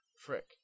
Frick